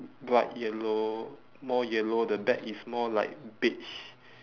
bright yellow more yellow the back is more like beige